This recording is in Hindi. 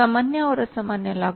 सामान्य और असामान्य लागत